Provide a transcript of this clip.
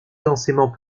densément